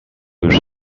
już